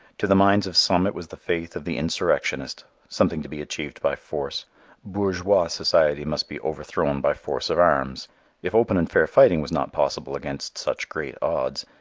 to the minds of some it was the faith of the insurrectionist, something to be achieved by force bourgeois society must be overthrown by force of arms if open and fair fighting was not possible against such great odds,